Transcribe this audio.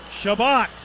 Shabbat